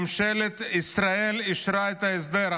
ממשלת ישראל אישרה את ההסדר,